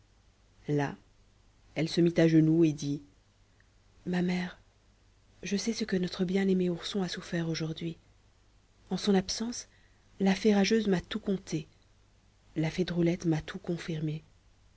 là elle se mit à genoux et dit ma mère je sais ce que notre bien-aimé ourson a souffert aujourd'hui en son absence la fée rageuse m'a tout conté la fée drôlette m'a tout confirmé